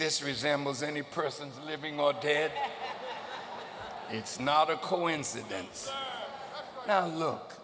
this resembles any persons living or dead it's not a coincidence now look